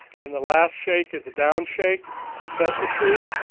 and the last shake is a down shake to set the sheet